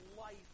life